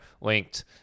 linked